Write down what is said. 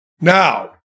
Now